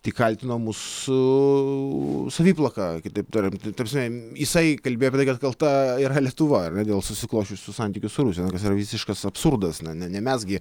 tik kaltino mus su saviplaka kitaip tariant ta prasme jisai kalbėjo apie tai kad kalta yra lietuva dėl susiklosčiusių santykių su rusija na kas yra visiškas absurdas na ne ne mes gi